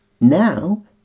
now